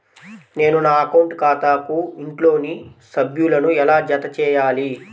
నేను నా అకౌంట్ ఖాతాకు ఇంట్లోని సభ్యులను ఎలా జతచేయాలి?